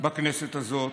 בכנסת הזאת.